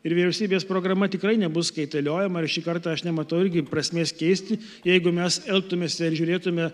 ir vyriausybės programa tikrai nebus kaitaliojama ir šį kartą aš nematau irgi prasmės keisti jeigu mes elgtumės ir žiūrėtume